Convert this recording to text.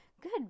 Good